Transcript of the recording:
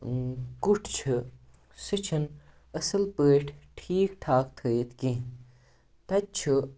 کُٹھ چھِ سُہ چھِنہٕ اَصٕل پٲٹھۍ ٹھیٖک ٹھاک تھٲیِتھ کینٛہہ تَتہِ چھُ